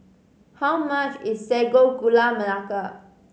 how much is Sago Gula Melaka